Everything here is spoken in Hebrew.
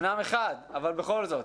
אמנם אחד אבל בכל זאת